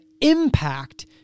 impact